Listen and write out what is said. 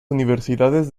universidades